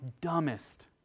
dumbest